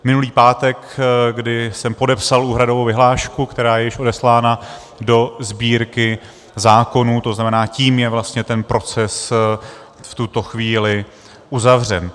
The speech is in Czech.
Minulý pátek, kdy jsem podepsal úhradovou vyhlášku, která je již odeslána do Sbírky zákonů, to znamená, tím je vlastně ten proces v tuto chvíli uzavřen.